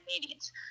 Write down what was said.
meetings